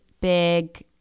big